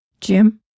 Jim